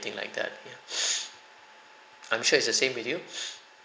like that ya I'm sure it's the same with you